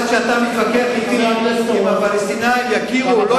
עד שאתה מתווכח אתי אם הפלסטינים יכירו או לא